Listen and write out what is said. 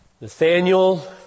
Nathaniel